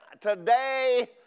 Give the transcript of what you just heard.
today